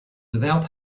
without